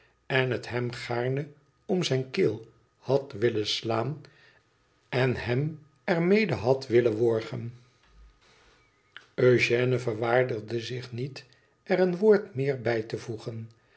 en het hem gaarne om zijne keel had willen slaan en hem er mede had willen worgen eugène verwaardigde zich niet er een woord meer bij te voegen